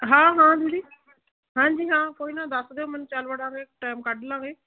ਹਾਂ ਹਾਂ ਦੀਦੀ ਹਾਂਜੀ ਹਾਂ ਕੋਈ ਨਾ ਦੱਸ ਦਿਓ ਮੈਨੂੰ ਚਲ ਵੜਾਗੇ ਟਾਈਮ ਕੱਢ ਲਵਾਂਗੇ